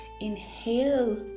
inhale